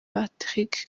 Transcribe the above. patrick